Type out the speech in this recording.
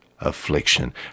affliction